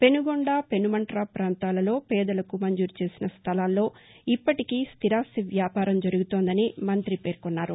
పెనుగొండ పెనుమంట్ర ఫాంతాలలో పేదలకు మంజూరు చేసిన స్దలాల్లో ఇప్పటికీ స్థిరాస్తి వ్యాపారం జరుగుతోందని మంతి పేర్కొన్నారు